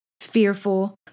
fearful